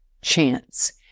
chance